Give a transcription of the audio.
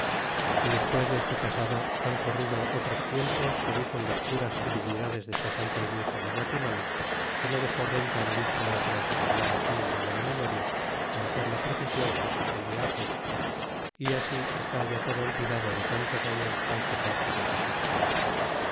y despues desto pasado han corrido otros tiempos que dicen los curas y dignidades desta santa iglesia de guatimala que no dexó renta el obispo don francisco marroquin de buena memoria para hacer la procesion que se solia hacer y así está ya todo olvidado de tantos arios esta parte ya pasados